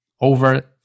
over